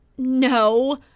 No